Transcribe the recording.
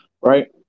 right